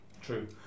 True